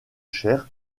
cher